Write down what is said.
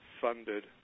funded